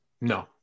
no